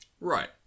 Right